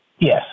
Yes